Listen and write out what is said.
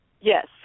Yes